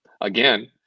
again